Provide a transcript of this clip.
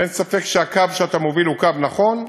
ואין ספק שהקו שאתה מוביל הוא קו נכון,